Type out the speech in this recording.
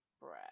breath